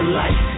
light